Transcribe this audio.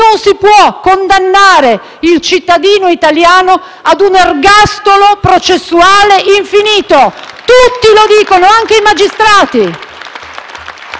non si può condannare il cittadino italiano ad un ergastolo processuale infinito. Tutti lo dicono, anche i magistrati.